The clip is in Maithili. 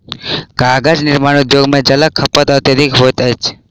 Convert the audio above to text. कागज निर्माण उद्योग मे जलक खपत अत्यधिक होइत अछि